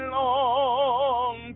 long